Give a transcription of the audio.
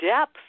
depth